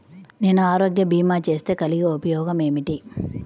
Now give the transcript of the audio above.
నేను ఆరోగ్య భీమా చేస్తే కలిగే ఉపయోగమేమిటీ?